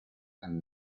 and